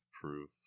proof